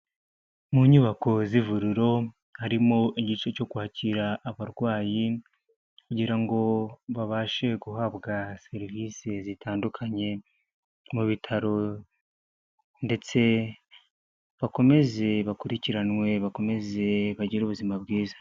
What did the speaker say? Mu nyubako z'ivuriro, harimo igice cyo kwakira abarwayi kugira ngo babashe guhabwa serivisi zitandukanye mu bitaro ndetse bakomeze bakurikiranwe, bakomeze bagire ubuzima bwiza.